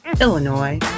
Illinois